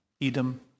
Edom